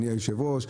אני היושב-ראש,